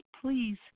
please